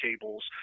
cables